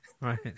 Right